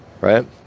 Right